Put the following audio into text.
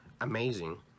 amazing